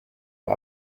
uhr